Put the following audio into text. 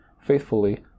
faithfully